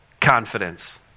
confidence